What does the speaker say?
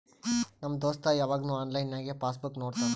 ನಮ್ ದೋಸ್ತ ಯವಾಗ್ನು ಆನ್ಲೈನ್ನಾಗೆ ಪಾಸ್ ಬುಕ್ ನೋಡ್ತಾನ